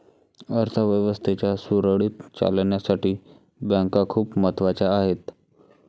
अर्थ व्यवस्थेच्या सुरळीत चालण्यासाठी बँका खूप महत्वाच्या आहेत